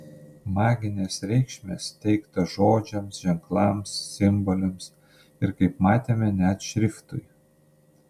maginės reikšmės teikta žodžiams ženklams simboliams ir kaip matėme net šriftui